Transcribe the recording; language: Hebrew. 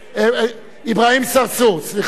אברהים צרצור, סליחה.